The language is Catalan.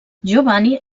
giovanni